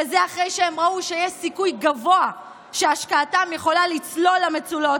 וזה אחרי שהם ראו שיש סיכוי גבוה שהשקעתם יכולה לצלול למצולות,